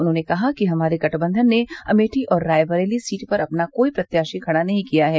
उन्होंने कहा कि हमारे गठबंधन ने अमेठी और रायबरेली सीट पर अपना कोई प्रत्याशी नहीं खड़ा किया है